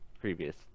previous